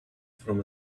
from